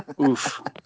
oof